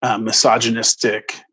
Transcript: misogynistic